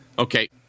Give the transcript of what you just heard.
Okay